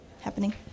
happening